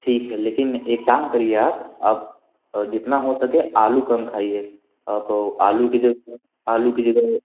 ठीक है लेकिन एक काम करिए आप आप जितना हो सके आलू कम खाइए और तो आलू के जगह आलू की जगह